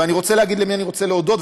ואני רוצה להגיד למי אני רוצה להודות,